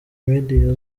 media